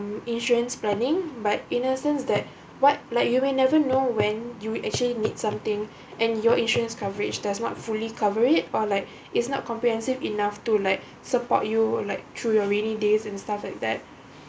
insurance planning but in a sense that what like you will never know when you actually need something and your insurance coverage does not fully cover it or like it's not comprehensive enough to like support you or like through your rainy days and stuff like that